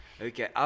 Okay